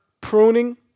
pruning